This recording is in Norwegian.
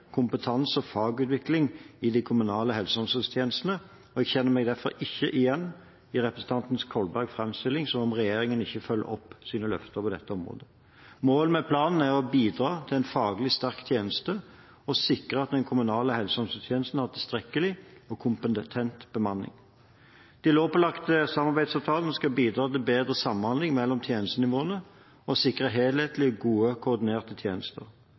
kompetanse og fagutvikling i de kommunale helse- og omsorgstjenestene. Jeg kjenner meg derfor ikke igjen i representanten Kolbergs framstilling av at regjeringen ikke følger opp sine løfter på dette området. Målet med planen er å bidra til en faglig sterk tjeneste og sikre at den kommunale helse- og omsorgstjenesten har tilstrekkelig og kompetent bemanning. De lovpålagte samarbeidsavtalene skal bidra til bedre samhandling mellom tjenestenivåene og sikre helhetlige og godt koordinerte tjenester.